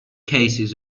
cases